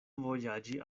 vojaĝi